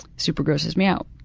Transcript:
super grosses me out.